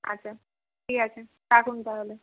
আচ্ছা ঠিক আছে রাখুন তাহলে